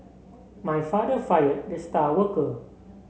my father fired the star worker